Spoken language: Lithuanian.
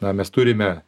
na mes turime